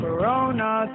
Corona